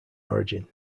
origin